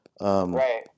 Right